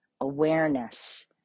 awareness